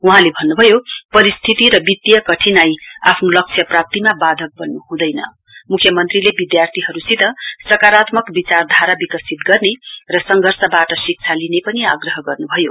वहाँले भन्न भयो परिस्थित र विक्तीय कठिनाई आफ्नो लक्ष्य प्राप्तिमा वाधक बल्नु हुँदैना मुख्य मंत्रीले विध्यार्थीहरुसित साकारात्मक विचार धारा विकसित गर्ने र संघर्षवाट शिक्षी लिने पनि आग्रह गर्नु भयो